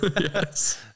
Yes